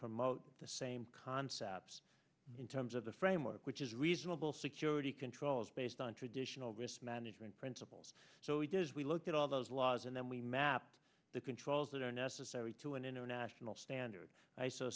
promote the same concepts in terms of the framework which is reasonable security controls based on traditional risk management principles so it does we look at all those laws and then we map the controls that are necessary to an international standard